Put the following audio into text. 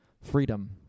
freedom